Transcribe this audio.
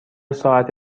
ساعت